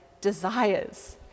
desires